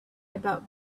about